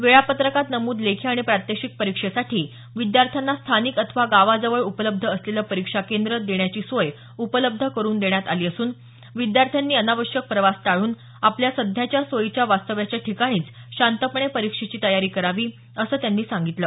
वेळापत्रकात नमूद लेखी आणि प्रात्यक्षिक परीक्षेसाठी विद्यार्थ्यांना स्थानिक अथवा गावाजवळ उपलब्ध असलेलं परिक्षाकेंद्र देण्याची सोय उपलब्ध करून देण्यात आली असून विद्यार्थ्यांनी अनावश्यक प्रवास टाळून आपल्या सध्याच्या सोयीच्या वास्तव्याच्या ठिकाणीच शांतपणे परीक्षेची तयारी करावी असं त्यांनी सांगितलं